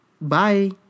Bye